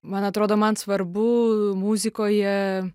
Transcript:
man atrodo man svarbu muzikoje